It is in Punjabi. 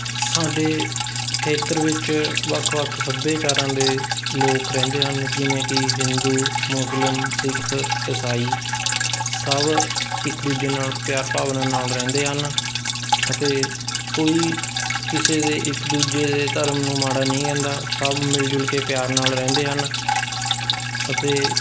ਸਾਡੇ ਖੇਤਰ ਵਿੱਚ ਵੱਖ ਵੱਖ ਸੱਭਿਆਚਾਰਾਂ ਦੇ ਲੋਕ ਰਹਿੰਦੇ ਹਨ ਜਿਵੇਂ ਕਿ ਹਿੰਦੂ ਮੁਸਲਿਮ ਸਿੱਖ ਈਸਾਈ ਸਭ ਇੱਕ ਦੂਜੇ ਨਾਲ ਪਿਆਰ ਭਾਵਨਾ ਨਾਲ ਰਹਿੰਦੇ ਹਨ ਅਤੇ ਕੋਈ ਕਿਸੇ ਦੇ ਇੱਕ ਦੂਜੇ ਦੇ ਧਰਮ ਨੂੰ ਮਾੜਾ ਨਹੀਂ ਕਹਿੰਦਾ ਸਭ ਮਿਲ ਜੁਲ ਕੇ ਪਿਆਰ ਨਾਲ ਰਹਿੰਦੇ ਹਨ ਅਤੇ